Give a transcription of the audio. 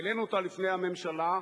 העלינו אותה לפני הממשלה.